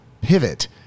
pivot